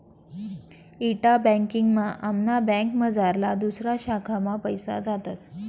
इंटा banking मा आमना बँकमझारला दुसऱा शाखा मा पैसा जातस